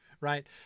Right